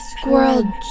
squirrel